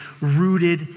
rooted